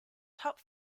top